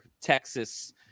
Texas